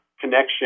connection